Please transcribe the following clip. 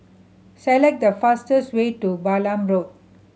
select the fastest way to Balam Road